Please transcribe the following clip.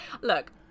Look